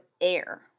air